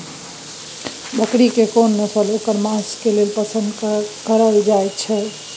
बकरी के कोन नस्ल ओकर मांस के लेल पसंद कैल जाय हय?